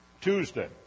Tuesday